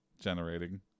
generating